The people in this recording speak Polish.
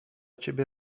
ciebie